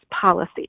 policy